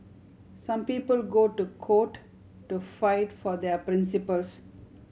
some people go to court to fight for their principles